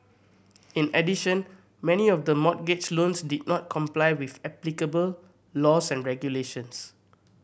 in addition many of the mortgage loans did not comply with applicable laws and regulations